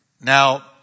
Now